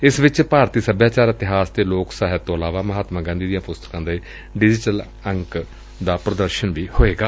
ਇਸ ਵਿਚ ਭਾਰਤੀ ਸਭਿਆਚਾਰ ਇਤਿਹਾਸ ਤੇ ਲੱਕ ਸਾਹਿਤ ਤੋਂ ਇਲਾਵਾ ਮਹਾਤਮਾ ਗਾਂਧੀ ਦੀਆਂ ਪੁਸਤਕਾਂ ਦੇ ਡਿਜੀਟਲ ਅੰਕ ਦਾ ਪ੍ਦਰਸ਼ਨ ਕੀਤਾ ਜਾਵੇਗਾ